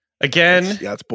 Again